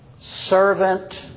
servant